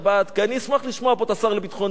כי אני אשמח לשמוע פה את השר לביטחון הפנים,